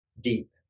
deep